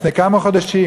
לפני כמה חודשים,